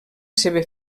seva